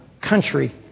country